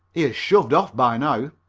he has shoved off by now.